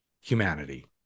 humanity